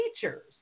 teachers